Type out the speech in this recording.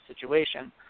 situation